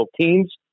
teams